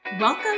Welcome